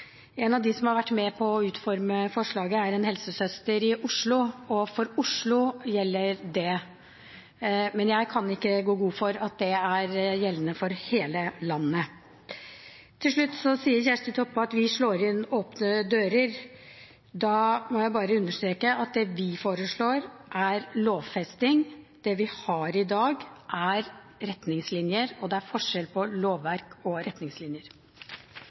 En av dem som har vært med på å utforme forslaget, er en helsesøster i Oslo, og for Oslo gjelder dette, men jeg kan ikke gå god for at det er gjeldende for hele landet. Til slutt sier Kjersti Toppe at vi slår inn åpne dører. Da må jeg bare understreke at det vi foreslår, er lovfesting. Det vi har i dag, er retningslinjer, og det er forskjell på lovverk og retningslinjer.